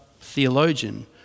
theologian